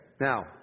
now